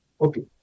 Okay